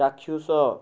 ଚାକ୍ଷୁଷ